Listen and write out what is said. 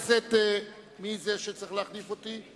מי צריך להחליף אותי?